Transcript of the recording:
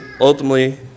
ultimately